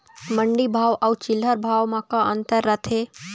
मंडी भाव अउ चिल्हर भाव म का अंतर रथे?